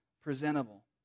presentable